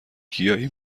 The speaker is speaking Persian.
گیاهی